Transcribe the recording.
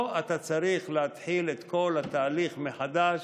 פה אתה צריך להתחיל את כל התהליך מחדש,